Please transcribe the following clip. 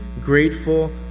grateful